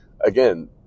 again